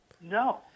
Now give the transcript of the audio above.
No